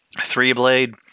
Three-blade